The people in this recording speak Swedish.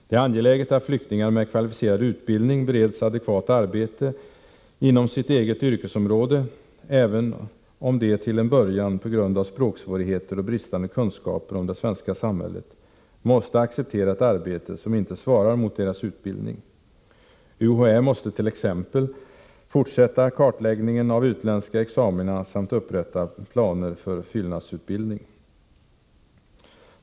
Det är angeläget att flyktingar med kvalificerad utbildning bereds adekvat arbete inom sitt eget yrkesområde även om de till en början, på grund av språksvårigheter och bristande kunskaper om det svenska samhället, måste acceptera ett arbete som inte svarar mot deras utbildning. UHÄ måste t.ex. fortsätta kartläggningen av utländska examina samt upprätta planer för fyllnadsutbildning.